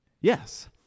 Yes